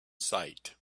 sight